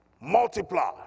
multiply